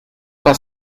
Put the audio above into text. pas